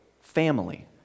family